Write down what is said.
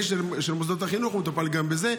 של מוסדות החינוך והוא מטפל גם בזה,